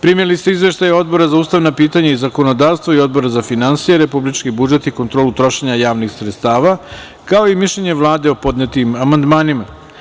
Primili ste izveštaje Odbora za ustavna pitanja i zakonodavstvo i Odbora za finansije, republički budžet i kontrolu trošenja javnih sredstava, kao i mišljenje Vlade o podnetim amandmanima.